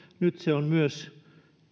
nyt se on myös